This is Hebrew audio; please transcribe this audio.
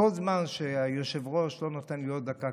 וכל זמן שהיושב-ראש לא נותן לי עוד דקה,